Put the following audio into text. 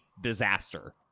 disaster